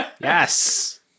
yes